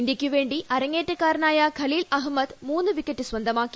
ഇന്ത്യയ്ക്കുവേണ്ടി അര്ങ്ങേറ്റക്കാരനായ ഖലീൽ അഹമ്മദ് മൂന്ന് വിക്കറ്റ് സ്വന്തമാക്കി